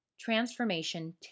Transformation